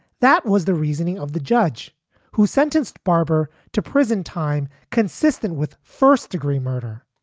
that was the reasoning of the judge who sentenced barbour to prison time consistent with first degree murder.